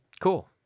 cool